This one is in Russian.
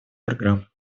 программы